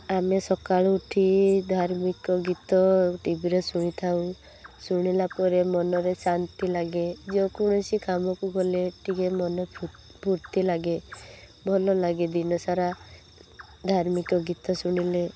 ଆମେ ସକାଳୁ ଉଠି ଧାର୍ମିକ ଗୀତ ଟିଭିରେ ଶୁଣିଥାଉ ଶୁଣିଲା ପରେ ମନରେ ଶାନ୍ତି ଲାଗେ ଯେ କୌଣସି କାମକୁ ଗଲେ ଟିକେ ମନ ଫୂର୍ତ୍ତି ଲାଗେ ଭଲ ଲାଗେ ଦିନ ସାରା ଧାର୍ମିକ ଗୀତ ଶୁଣିଲେ